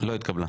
לא התקבלה.